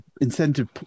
incentive